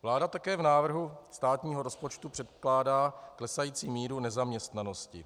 Vláda také v návrhu státního rozpočtu předpokládá klesající míru nezaměstnanosti.